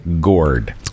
Gord